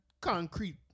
Concrete